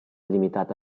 limitata